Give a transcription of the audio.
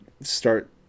start